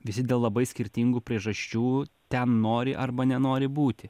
visi dėl labai skirtingų priežasčių ten nori arba nenori būti